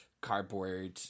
cardboard